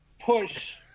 push